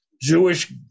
Jewish